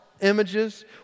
images